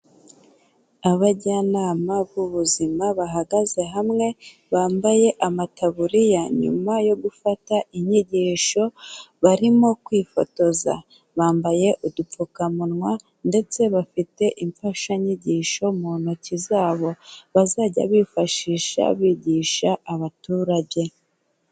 Abajyanama b'ubuzima bahagaze hamwe, bambaye amataburiya, inyuma yo gufata inyigisho barimo kwifotoza. Bambaye udupfukamunwa ndetse bafite imfashanyigisho mu ntoki zabo bazajya bifashisha bigisha abaturage.